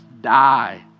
die